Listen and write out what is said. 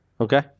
Okay